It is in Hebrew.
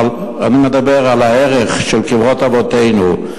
אני מדבר על הערך של קברות אבותינו,